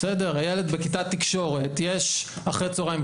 בסדר, הילד בכיתת תקשורת, יש אחרי צהריים.